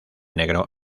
negro